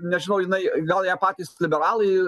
nežinau jinai gal ją patys liberalai